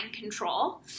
control